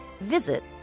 visit